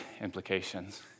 implications